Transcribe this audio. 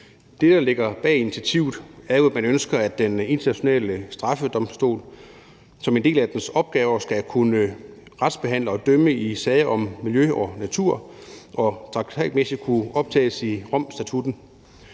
Det, der ligger bag initiativet, er jo, at man ønsker, at Den Internationale Straffedomstol som en del af dens opgaver skal kunne retsbehandle og dømme i sager om miljø og natur, som traktatmæssigt skal kunne optages i Romstatutten.